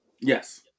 Yes